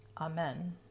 Amen